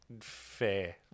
fair